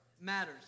matters